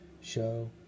Show